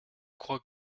crois